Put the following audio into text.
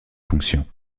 fonctions